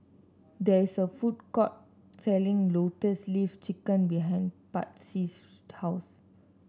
there is a food court selling Lotus Leaf Chicken behind Patsy's house